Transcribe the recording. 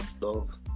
Love